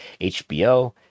HBO